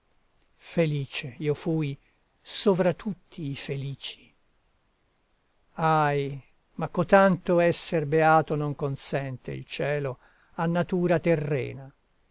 felice io fui sovra tutti i felici ahi ma cotanto esser beato non consente il cielo a natura terrena